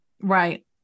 Right